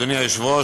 אדוני היושב-ראש,